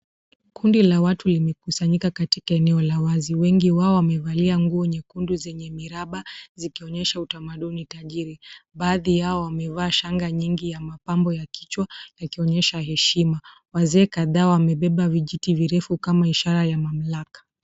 Kundi la watu limekusanyika katika eneo la wazi. Wengi wao wamevalia nguo nyekundu zenye miraba, zikionyesha utamaduni tajiri. Baadhi yao wamevaa shanga nyingi ya mapambo ya kichwa, yakionyesha heshima. Wazee kadhaa wamebeba vijiti virefu kama ishara ya mamlaka.